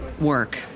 work